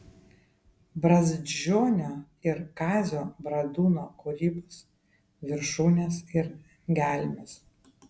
brazdžionio ir kazio bradūno kūrybos viršūnes ir gelmes